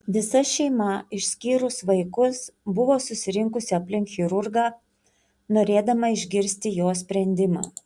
visa šeima išskyrus vaikus buvo susirinkusi aplink chirurgą norėdama išgirsti jo sprendimą